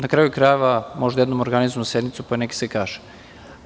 Na kraju krajeva, možda jednom organizujemo sednicu pa nek se i kaže.